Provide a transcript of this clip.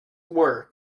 work